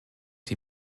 die